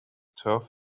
turf